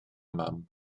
mam